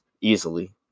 easily